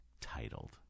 titled